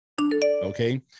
Okay